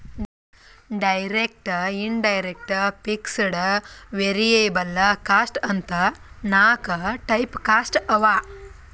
direct, indirect, fixed, variable cost ಅಂತ್ ನಾಕ್ type cost ಅವಾ